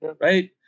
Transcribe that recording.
right